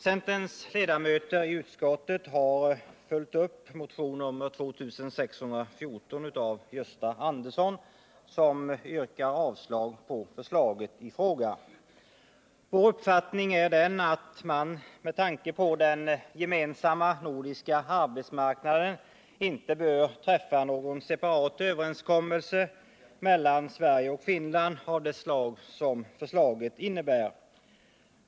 Centerns ledamöter i utskottet har följt upp motion nr 2614 av Gösta Andersson som yrkar avslag på förslaget i fråga. Vår uppfattning är att man, med tanke på den gemensamma nordiska arbetsmarknaden, inte bör träffa någon separat överenskommelse mellan Sverige och Finland av det slag som förslaget innebär.